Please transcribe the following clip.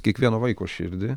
kiekvieno vaiko širdį